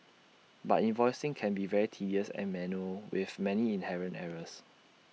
but invoicing can be very tedious and manual with many inherent errors